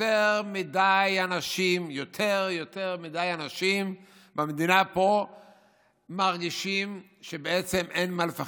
יותר מדי אנשים במדינה פה מרגישים שאין מה לפחד,